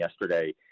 yesterday